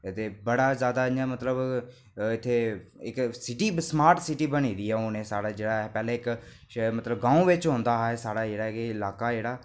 ते बड़ा जैदा इ'यां मतलब इत्थै स्मार्ट सिटी बनी दी ऐ हून एह् साढ़ा जेह्ड़ा ऐ पैह्लें इक मतलब ग्रां बिच होंदा हा साढ़ा एह् इलाका जेह्ड़ा